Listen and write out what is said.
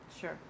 sure